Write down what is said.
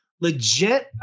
legit